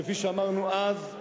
כפי שאמרנו אז,